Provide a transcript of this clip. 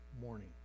morning